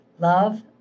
love